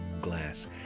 Glass